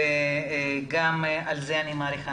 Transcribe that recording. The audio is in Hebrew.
וגם על זה אני מעריכה.